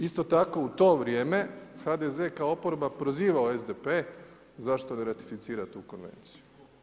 Isto tako u to vrijeme HDZ kao oporba je opozivao SDP zašto ne ratificira tu konvenciju.